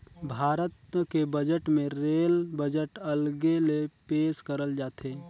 भारत के बजट मे rail budget अलगे ले पेस करल जाथे